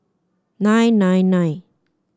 nine nine nine